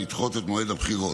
לדחות את מועד הבחירות.